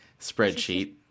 spreadsheet